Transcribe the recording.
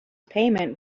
payment